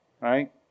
Right